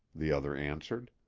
the other answered.